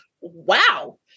wow